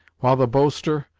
while the boaster,